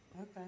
Okay